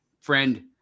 Friend